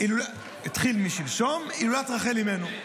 התחילה שלשום הילולת רחל אימנו.